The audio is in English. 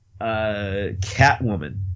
Catwoman